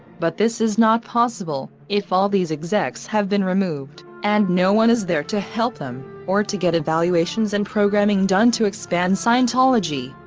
but this is not possible, if all these execs have been removed, and no one is there to help them, or to get evaluations and programming done to expand scientology.